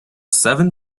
seven